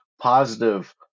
positive